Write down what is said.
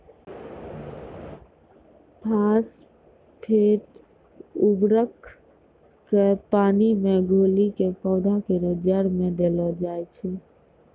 phosphate उर्वरक क पानी मे घोली कॅ पौधा केरो जड़ में देलो जाय छै